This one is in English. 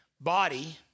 body